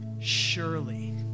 surely